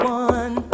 one